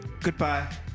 Goodbye